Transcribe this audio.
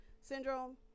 syndrome